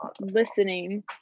listening